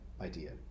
idea